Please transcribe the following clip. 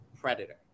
Predator